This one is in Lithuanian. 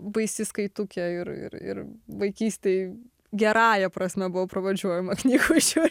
baisi skaitukė ir ir ir vaikystėj gerąja prasme buvau pravardžiuojama knygų žiur